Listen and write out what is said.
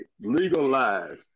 legalized